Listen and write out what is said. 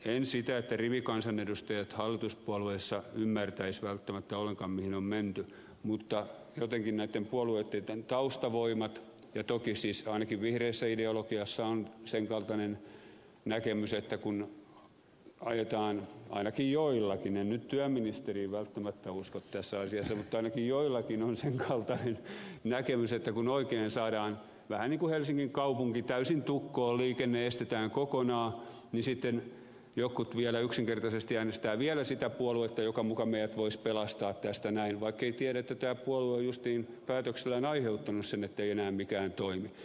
en väitä että rivikansanedustajat hallituspuolueissa ymmärtäisivät välttämättä ollenkaan mihin on menty mutta jotenkin näitten puolueitten taustavoimat ja toki siis ainakin vihreässä ideologiassa on sen kaltainen näkemys että kun ajetaan ainakin joillakin en nyt työministeriin välttämättä usko tässä asiassa mutta ainakin joillakin on sen kaltainen näkemys että kun oikein saadaan vähän niin kuin helsingin kaupunki täysin tukkoon liikenne estetään kokonaan niin sitten jotkut yksinkertaisesti äänestävät vielä sitä puoluetta joka muka meidät voisi pelastaa tästä näin vaikkeivät tiedä että tämä puolue on justiin päätöksillään aiheuttanut sen ettei enää mikään toimi